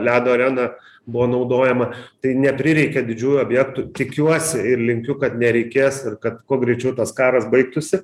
ledo arena buvo naudojama tai neprireikė didžiųjų objektų tikiuosi ir linkiu kad nereikės ir kad kuo greičiau tas karas baigtųsi